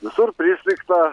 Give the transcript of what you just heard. visur prisnigta